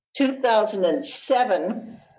2007